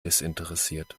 desinteressiert